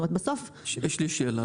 יש לי שאלה.